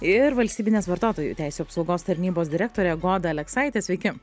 ir valstybinės vartotojų teisių apsaugos tarnybos direktorė goda aleksaitė sveiki